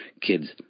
kids